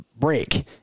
break